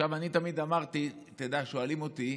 עכשיו, אני תמיד אמרתי, תדע, שואלים אותי: